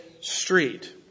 street